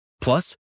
Plus